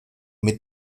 mit